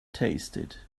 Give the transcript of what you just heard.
tasted